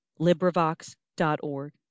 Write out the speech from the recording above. LibriVox.org